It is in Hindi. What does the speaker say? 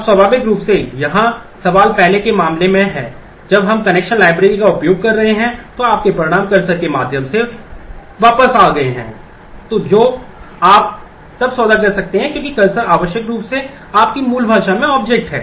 अब स्वाभाविक रूप से यहां सवाल पहले के मामले में है जब हम कनेक्शन लाइब्रेरी का उपयोग कर रहे हैं तो आपके परिणाम कर्सर के माध्यम से वापस आ गए हैं जो आप तब सौदा कर सकते हैं क्योंकि कर्सर आवश्यक रूप से आपकी मूल भाषा में ऑब्जेक्ट हैं